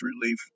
relief